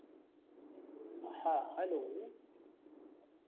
हँ हैलो